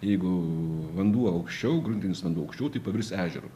jeigu vanduo aukščiau gruntinis vanduo aukščiau tai pavirs ežeru